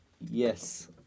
Yes